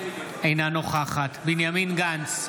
אינה נוכחת בנימין גנץ,